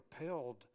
repelled